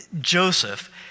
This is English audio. Joseph